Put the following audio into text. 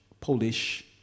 Polish